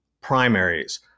primaries